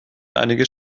einiges